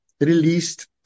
Released